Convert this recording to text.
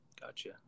Gotcha